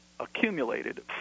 accumulated